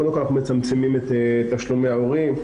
קודם כל אנחנו מצמצמים את תשלומי ההורים.